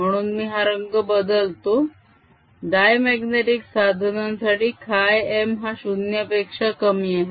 म्हणून मी हा रंग बदलतो आहे डायमाग्नेटीक साधनांसाठी χm हा 0 पेक्षा कमी आहे